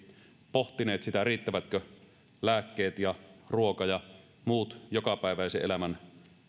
pohtineet riittävätkö lääkkeet ja ruoka ja muut jokapäiväisen elämän